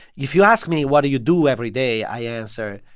if you ask me, what do you do every day? i answer,